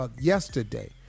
Yesterday